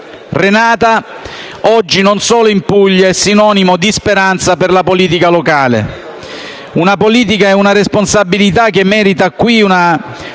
Renata è oggi, non solo in Puglia, sinonimo di speranza per la politica locale: una politica e una responsabilità che meritano qui una